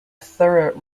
thorough